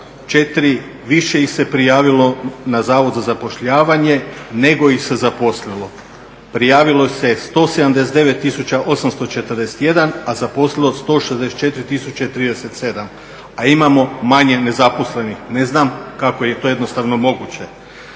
više ih se prijavilo na Zavod za zapošljavanje nego ih se zaposlilo. Prijavilo se 179 tisuća 841, a zaposlilo 164 037, a imamo manje nezaposlenih, ne znam kako je to jednostavno moguće.